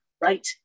Right